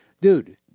dude